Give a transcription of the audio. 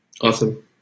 Awesome